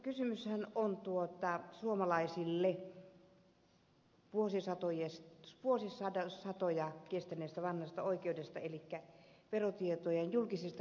kysymyshän on suomalaisille vuosisatoja s s voi saada satoja kuuluneesta vanhasta oikeudesta elikkä julkisista verotiedoista